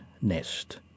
Nest